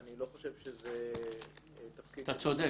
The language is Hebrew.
אני לא חושב שזה תפקיד --- אתה צודק.